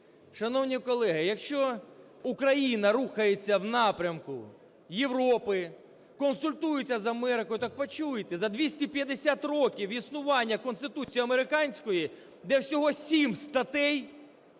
Шановні колеги, якщо Україна рухається в напрямку Європи, консультується з Америкою, так почуйте. За 250 років існування Конституції американської, де всього сім статей,